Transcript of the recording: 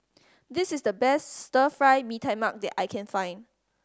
this is the best Stir Fry Mee Tai Mak that I can find